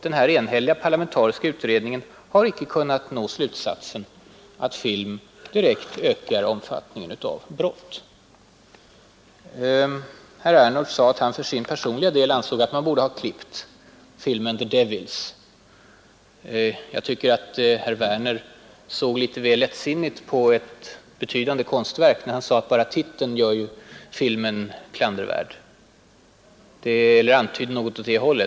Den enhälliga parlamentariska utredningen har icke kunnat nå slutsatsen att film direkt ökar omfattningen av brott. Herr Ernulf sade att han för sin del ansåg att man borde ha klippt filmen ”Djävlarna”. Jag tycker att herr Werner tog litet väl lättsinnigt på ett betydande konstverk då han antydde något om att bara titeln gör filmen klandervärd.